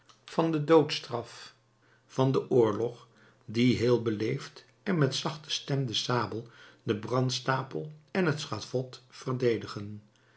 van de doodstraf van den oorlog die heel beleefd en met zachte stem de sabel den brandstapel en het schavot verdedigen